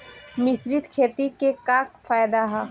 मिश्रित खेती क का फायदा ह?